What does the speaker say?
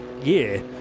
year